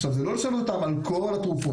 עכשיו, זה לא לשנות אותן על כל התרופות.